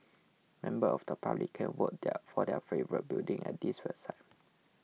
members of the public can vote their for their favourite building at this website